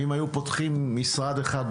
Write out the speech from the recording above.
אם היו פותחים משרד אחד,